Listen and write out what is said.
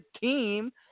team